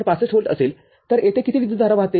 ६५ volt असेल तर येथे किती विद्युतधारा वाहते